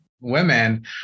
women